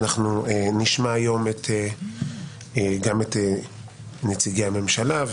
ואנחנו נשמע היום גם את נציגי הממשלה,